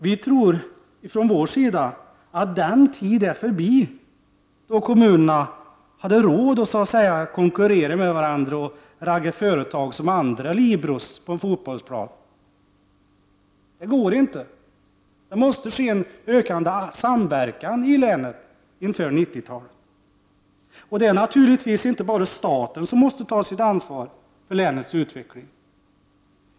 Vi tror att den tiden är förbi då kommunerna hade råd att konkurrera med varandra och ragga företag som ena liberos på en fotbollsplan. Det går inte. Det måste bli en ökad samverkan i länet inför 1990-talet. Det är naturligtvis inte bara staten som måste ta sitt ansvar för länets utveckling.